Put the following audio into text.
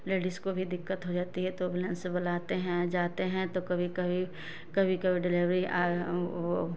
ladies को भी दिक्कत हो जाती है तो एंबुलेंस बुलाते हैं जाते है तो तो कभी कभी कभी कभी डिलेवरी